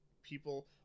people